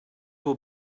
will